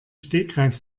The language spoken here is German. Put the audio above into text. stegreif